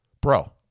bro